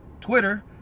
Twitter